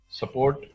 support